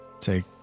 take